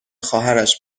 خواهرش